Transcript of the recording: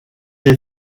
est